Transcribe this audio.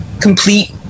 complete